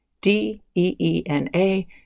D-E-E-N-A